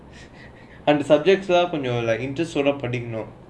and the subjects are கொஞ்சம்:konjam like interest படிக்குன்னும்:padikunnum